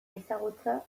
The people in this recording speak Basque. ezagutza